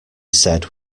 said